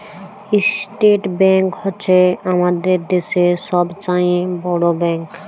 state bank হছে আমাদের দ্যাশের ছব চাঁয়ে বড় ব্যাংক